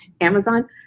Amazon